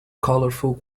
colourful